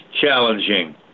challenging